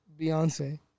Beyonce